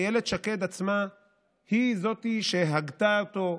אילת שקד עצמה היא זו שהגתה אותו,